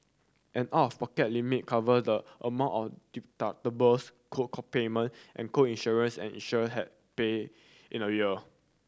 an out of pocket limit cover the amount of deductibles co payment and co insurance an insured have pay in a year